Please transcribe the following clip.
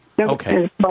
Okay